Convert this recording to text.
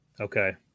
okay